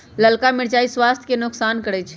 ललका मिरचाइ स्वास्थ्य के नोकसान करै छइ